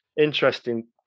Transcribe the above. interesting